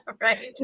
right